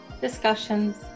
discussions